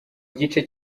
gice